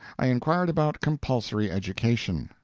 i inquired about compulsory education.